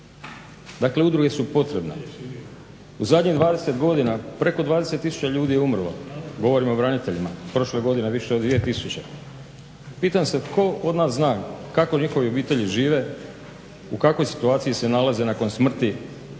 Dakle, udruge su potrebne. U zadnjih 20 godina preko 20 tisuća ljudi je umrlo, govorim o braniteljima. Prošle godine više od 2 tisuće. Pitam se tko od nas zna kako njihove obitelji žive, u kakvoj situaciji se nalaze nakon smrti